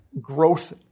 growth